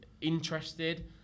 interested